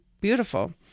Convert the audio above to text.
beautiful